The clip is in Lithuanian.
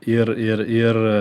ir ir ir